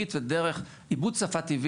אגף מיוחד לביקורת על כל הנושאים הדיגיטליים.